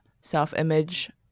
self-image